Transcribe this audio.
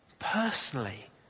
Personally